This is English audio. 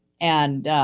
and